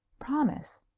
promise.